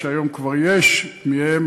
שהיום כבר יש מהם,